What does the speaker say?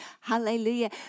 Hallelujah